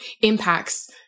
impacts